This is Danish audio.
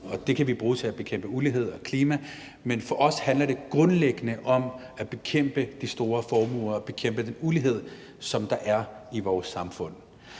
og det kan vi bruge til at bekæmpe ulighed og klimaproblemer, men for os handler det grundlæggende om at bekæmpe de store formuer og bekæmpe den ulighed, som der er i vores samfund.